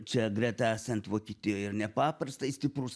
čia greta esant vokietijoj ir nepaprastai stiprūs